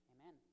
Amen